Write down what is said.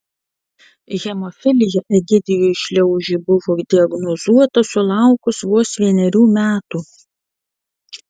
hemofilija egidijui šliaužiui buvo diagnozuota sulaukus vos vienerių metų